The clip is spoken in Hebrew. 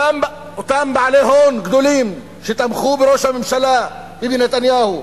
אותם בעלי הון גדולים שתמכו בראש הממשלה ביבי נתניהו,